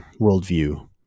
worldview